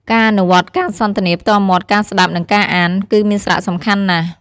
ការអនុវត្តន៍ការសន្ទនាផ្ទាល់មាត់ ការស្តាប់ និងការអាន គឺមានសារៈសំខាន់ណាស់។